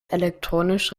elektronisch